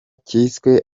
cyiswe